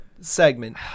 segment